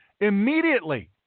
immediately